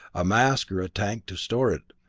a mask or a tank to store it,